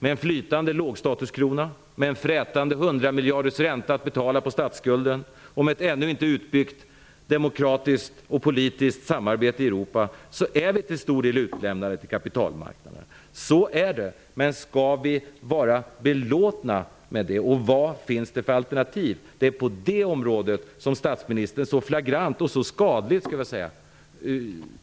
Med en flytande lågstatuskrona, med en frätande hundramiljardersränta att betala på statsskulden och med ett ännu inte utbyggt demokratiskt och politiskt samarbete i Europa är vi till stor del utlämnade till kapitalmarknaden. Så är det, men skall vi vara belåtna med det? Vad finns det för alternativ? Det är på det området som statsministern så flagrant och så skadligt